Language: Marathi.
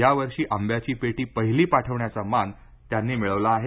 यावर्षी आंब्याची पेटी पहिली पाठवण्याचा मान त्यांनी मिळवला आहे